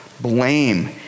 blame